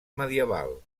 medieval